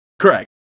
Correct